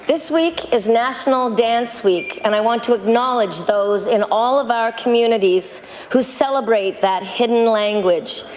this week is national dance week, and i want to acknowledge those in all of our communities who celebrate that hidden language.